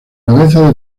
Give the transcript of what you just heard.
cabeza